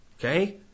Okay